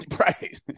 Right